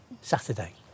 Saturday